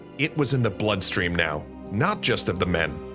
it was in the bloodstream now. not just of the men,